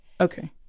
Okay